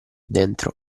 dentro